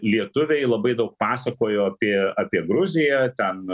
lietuviai labai daug pasakojo apie apie gruziją ten